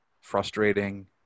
frustrating